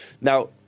Now